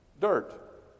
Dirt